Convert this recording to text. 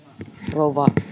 rouva